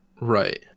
right